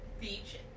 beach